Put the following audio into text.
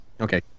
okay